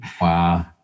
Wow